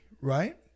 right